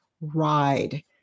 ride